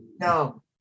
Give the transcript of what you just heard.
no